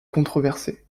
controversée